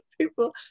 people